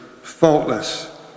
faultless